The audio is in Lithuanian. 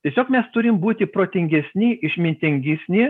tiesiog mes turim būti protingesni išmintingesni